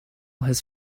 has